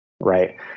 Right